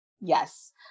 Yes